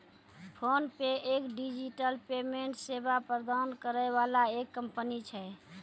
PhonePe एक digital payment सेवा प्रदान करै वाला एक कंपनी छै